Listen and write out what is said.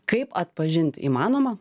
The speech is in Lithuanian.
kaip atpažint įmanoma